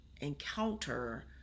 encounter